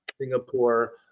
Singapore